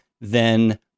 then-